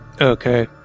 Okay